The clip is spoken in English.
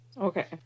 Okay